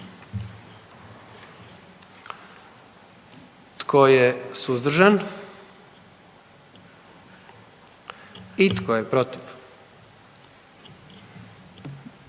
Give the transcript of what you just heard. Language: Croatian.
Tko je suzdržan? I tko je protiv?